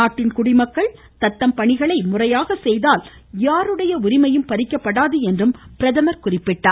நாட்டின் குடிமக்கள் தத்தம் பணிகளை முறையாக செய்தால் யாருடைய உரிமையும் பறிக்கப்படாது என்று அவர் குறிப்பிட்டார்